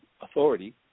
authority